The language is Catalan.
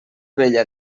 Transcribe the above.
vella